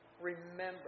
remember